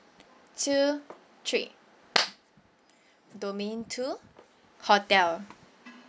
two three domain two hotel